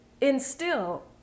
instill